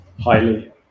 highly